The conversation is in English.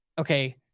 okay